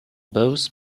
both